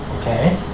okay